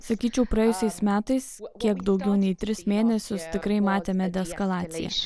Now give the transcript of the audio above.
sakyčiau praėjusiais metais kiek daugiau nei tris mėnesius tikrai matėme deeskalaciją